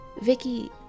Vicky